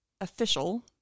official